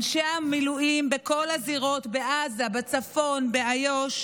אנשי המילואים בכל הזירות, בעזה, בצפון, באיו"ש,